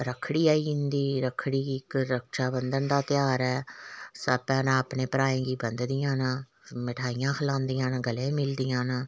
रक्खड़ी आई जंदी रक्खड़ी गी इक रक्षाबंधंन दा ध्यार ऐ सब भैनां अपने भ्रांएं गी बंधदियां न मिठाइयां खलादियां न गलै मिलदियां न